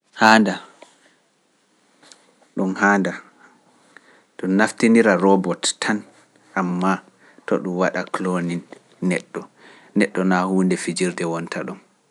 Haanda, dun haanda. dun naftinira robbot tan amma to dun wada clonning neddo. Neddo na huunde pijirde wonta don